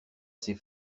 ses